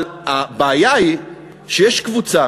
אבל הבעיה היא שיש קבוצה